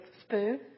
spoon